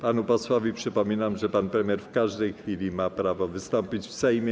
Panu posłowi przypominam, że pan premier w każdej chwili ma prawo wystąpić w Sejmie.